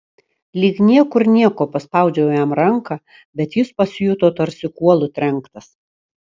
lyg niekur nieko paspaudžiau jam ranką bet jis pasijuto tarsi kuolu trenktas